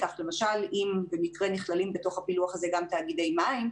כך למשל אם במקרה נכללים בתוך הפילוח הזה גם תאגידי מים,